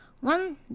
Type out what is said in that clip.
one